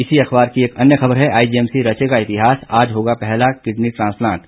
इसी अख़बार की एक अन्य ख़बर है आईजीएमसी रचेगा इतिहास आज होगा पहला किडनी ट्रांसप्लांट